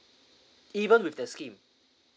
even with the scheme